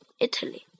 Italy